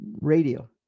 radio